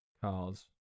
cars